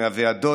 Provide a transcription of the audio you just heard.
מהוועדות,